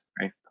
right